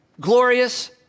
glorious